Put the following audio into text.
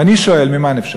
ואני שואל, ממה נפשך?